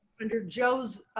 under joe's